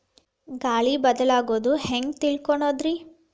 ಗಾಳಿ ಬದಲಾಗೊದು ಹ್ಯಾಂಗ್ ತಿಳ್ಕೋಳೊದ್ರೇ?